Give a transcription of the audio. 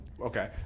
Okay